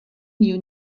knew